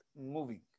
moving